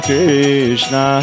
Krishna